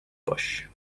bush